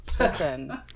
Listen